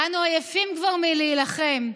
"אנו עייפים כבר מלהילחם.